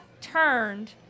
turned